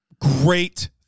great-